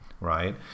right